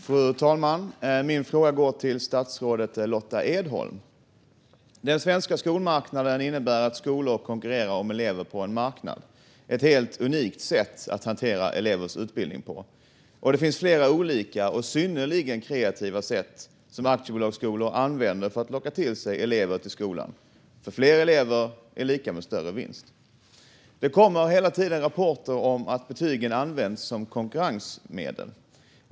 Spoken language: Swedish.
Fru talman! Den svenska skolmarknaden innebär att skolor konkurrerar om elever på en marknad. Det är ett helt unikt sätt att hantera elevers utbildning på. Det finns flera olika och synnerligen kreativa sätt som aktiebolagsskolor använder för att locka till sig elever, för fler elever är lika med större vinst. Det kommer hela tiden rapporter om att betygen används som konkurrensmedel.